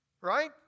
Right